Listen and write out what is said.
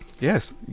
Yes